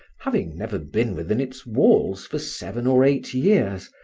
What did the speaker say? having never been within its walls for seven or eight years,